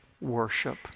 worship